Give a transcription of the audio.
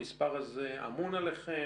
המספר הזה אמון עליכם?